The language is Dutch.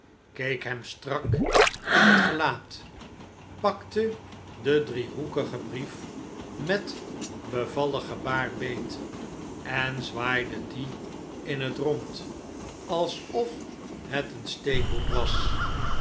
keek hem strak in het gelaat pakte den driehoekigen brief met bevallig gebaar beet en zwaaide dien in het rond alsof het een steekhoed was